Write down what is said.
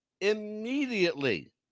immediately